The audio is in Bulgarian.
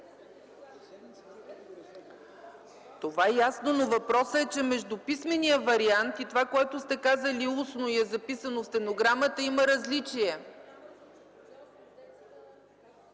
Това е ясно, въпросът е, че между писмения вариант и това, което сте казали устно и е записано в стенограмата, има различие.